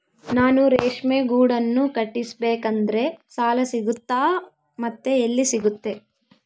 ನಾನು ರೇಷ್ಮೆ ಗೂಡನ್ನು ಕಟ್ಟಿಸ್ಬೇಕಂದ್ರೆ ಸಾಲ ಸಿಗುತ್ತಾ ಮತ್ತೆ ಎಲ್ಲಿ ಸಿಗುತ್ತೆ?